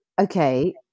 Okay